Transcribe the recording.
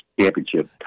championship